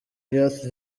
youth